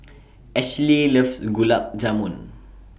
Ashly loves Gulab Jamun